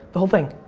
the whole thing.